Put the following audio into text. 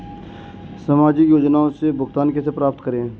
सामाजिक योजनाओं से भुगतान कैसे प्राप्त करें?